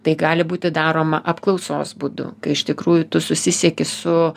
tai gali būti daroma apklausos būdu kai iš tikrųjų tu susisieki su